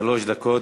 שלוש דקות.